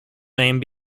name